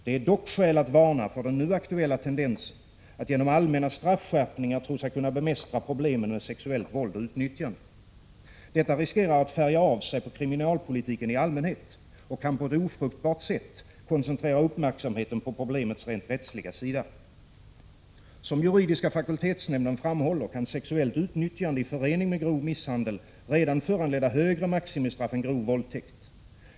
Det är dock skäl att varna för den nu aktuella tendensen, att genom allmän straffskärpning tro sig kunna bemästra problemen med sexuellt våld och utnyttjande. Detta riskerar att färga av sig på kriminalpolitiken i allmänhet och kan på ett ofruktbart sätt koncentrera uppmärksamheten på problemets rent rättsliga sida. Som juridiska fakultetsnämnden framhåller, kan sexuellt utnyttjande i förening med grov misshandel redan föranleda högre maximistraff än grov våldtäkt.